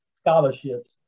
scholarships